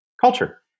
culture